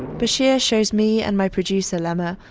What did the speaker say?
bashir shows me and my producer, lama,